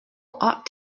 ought